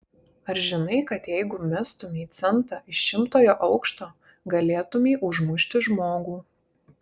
ar žinai kad jeigu mestumei centą iš šimtojo aukšto galėtumei užmušti žmogų